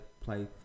play